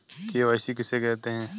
KYC किसे कहते हैं?